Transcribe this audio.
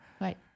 Right